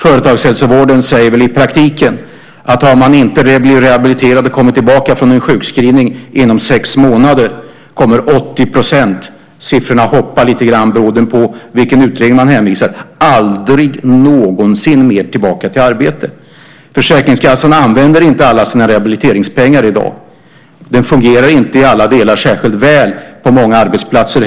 Företagshälsovården säger väl i praktiken att har man inte blivit rehabiliterad och kommit tillbaka från en sjukskrivning inom sex månader kommer 80 %- siffrorna varierar lite grann beroende på vilken utredning det hänvisas till - aldrig någonsin tillbaka till ett arbete. Försäkringskassan använder inte alla sina rehabiliteringspengar i dag. Det fungerar inte i alla delar särskilt väl på många arbetsplatser.